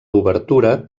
obertura